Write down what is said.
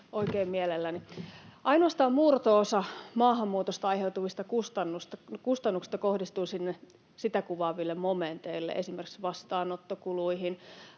Ainoastaan murto-osa maahanmuutosta aiheutuvista kustannuksista kohdistuu sinne sitä kuvaaville momenteille, esimerkiksi vastaanottokuluihin,